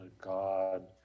God